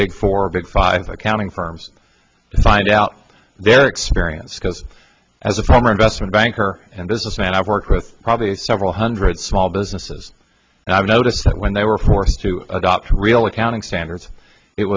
big four big five accounting firms to find out their experience because as a former investment banker and businessman i work with probably several hundred small businesses and i've noticed that when they were forced to adopt real accounting standards it